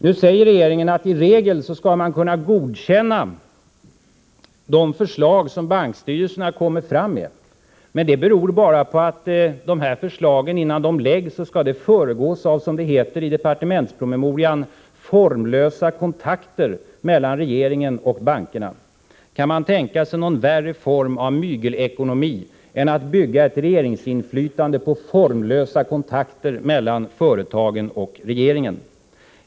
Nu säger regeringen att man i regel skall kunna godkänna de förslag som bankstyrelserna kommer fram med, men det beror bara på att de här förslagen skall föregås av, som det heter i departementspromemorian, formlösa kontakter mellan regering och bankerna innan de läggs fram. Kan man tänka sig någon värre form av mygelekonomi än att bygga ett regeringsinflytande på formlösa kontakter mellan företagen och regeringen?